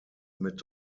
mit